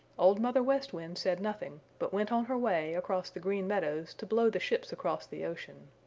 old mother west wind said nothing, but went on her way across the green meadows to blow the ships across the ocean.